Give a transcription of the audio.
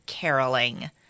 caroling